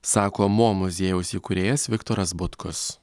sako mo muziejaus įkūrėjas viktoras butkus